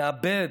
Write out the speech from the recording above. נאבד,